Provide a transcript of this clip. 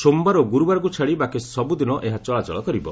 ସୋମବାର ଓ ଗୁରୁବାରକୁ ଛାଡ଼ି ବାକି ସବୁ ଦିନ ଏହା ଚଳାଚଳ କରିବ